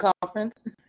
Conference